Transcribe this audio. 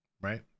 right